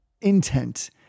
intent